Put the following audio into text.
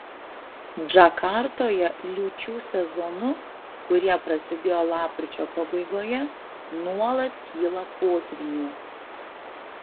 džakartoje liūčių sezonu kurie prasidėjo lapkričio pabaigoje nuolat kyla potvynių